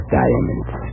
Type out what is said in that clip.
diamonds